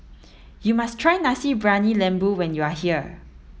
you must try Nasi Briyani Lembu when you are here